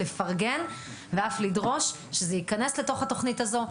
לפרגן ואף לדרוש שזה ייכנס לתוך התוכנית הזו,